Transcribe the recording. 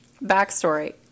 Backstory